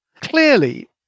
Clearly